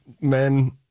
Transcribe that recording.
Men